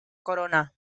corona